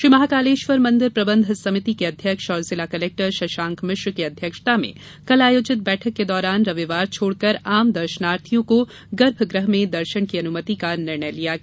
श्री महाकालेश्वर मंदिर प्रबंध समिति के अध्यक्ष और जिला कलेक्टर शशांक मिश्र की अध्यक्षता में कल आयोजित बैठक के दौरान रविवार छोड़कर आम दर्शनार्थियों को गर्भगृह में दर्शन की अनुमति का निर्णय लिया गया